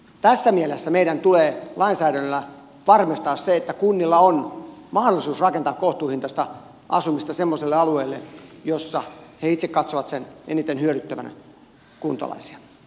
tässä mielessä meidän tulee lainsäädännöllä varmistaa se että kunnilla on mahdollisuus rakentaa kohtuuhintaista asumista semmoiselle alueelle missä ne itse katsovat sen eniten hyödyttävän kuntalaisia